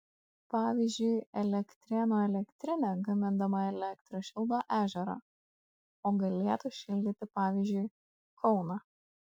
pavyzdžiui elektrėnų elektrinė gamindama elektrą šildo ežerą o galėtų šildyti pavyzdžiui kauną